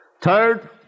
Third